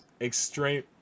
Extreme